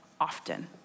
often